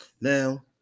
now